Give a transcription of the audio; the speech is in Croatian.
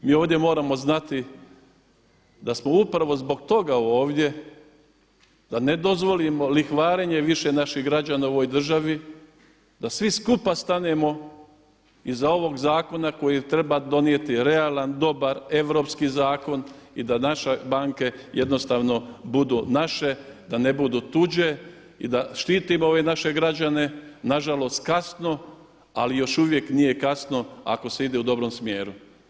Mi ovdje moramo znati da smo upravo zbog toga ovdje da ne dozvolimo lihvarenje više naših građana u ovoj državi, da svi skupa stanemo iza ovog zakona koji treba donijeti realan, dobar, europski zakona i da naše banke jednostavno budu naše da ne budu tuđe i da štitimo ove naše građane, nažalost kasno ali još uvijek nije kasno ako se ide u dobrom smjeru.